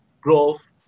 growth